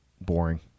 boring